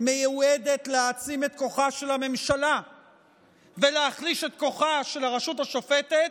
מיועדת להעצים את כוחה של הממשלה ולהחליש את כוחה של הרשות השופטת,